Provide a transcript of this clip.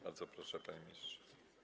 Bardzo proszę, panie ministrze.